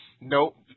Nope